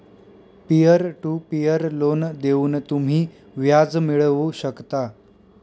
peer to peer loan देऊन तुम्ही व्याज मिळवू शकता